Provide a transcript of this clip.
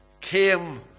came